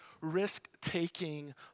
risk-taking